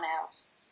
else